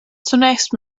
zunächst